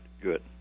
good